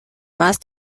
más